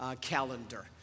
calendar